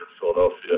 Philadelphia